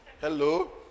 Hello